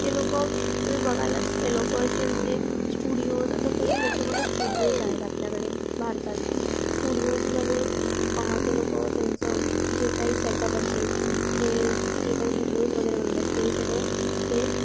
ते लोक तुम्ही बघालच ते लोक असे म्हणजे स्टुडिओज आता कसे मोठे मोठे स्टुडिओज आहेत आपल्याकडे भारतात स्टुडिओजमध्ये ते लोक त्यांचं जे काही सेटअप असेल ते जे काही व्हिडिओज वगैरे बनवतात ते सगळे ते